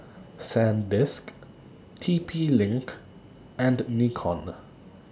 Sandisk T P LINK and Nikon